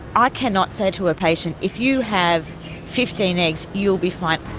i cannot say to a patient if you have fifteen eggs, you'll be fine.